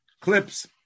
clips